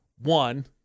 one